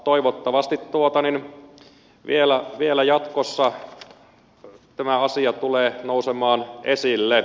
toivottavasti vielä jatkossa tämä asia tulee nousemaan esille